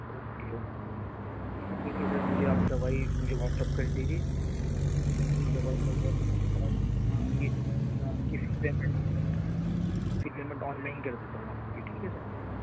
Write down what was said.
okay okay sir ٹھیک ہے sir مجھے آپ دوائی مجھے واٹسپ کر دیجئے دوا اور میں اور آپ کی میں آپ کی fee payment fee payment online کر دیتا ہوں میں آپ کی ٹھیک ہے سر